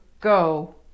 go